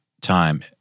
time